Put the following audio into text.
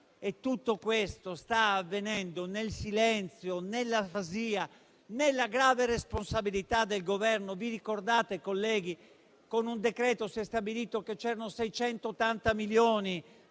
tutto questo sta avvenendo nel silenzio, nell'afasia, nella grave responsabilità del Governo. Ricordate, colleghi, che con un decreto si è stabilito che c'erano 680 milioni